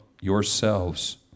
yourselves